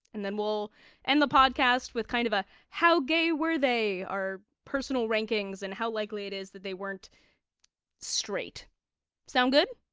and then we'll end the podcast with kind of a how gay were they, our personal rankings and how likely it is that they weren't straight sound good?